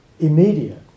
immediate